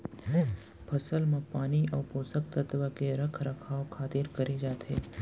फसल म पानी अउ पोसक तत्व के रख रखाव खातिर करे जाथे